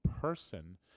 person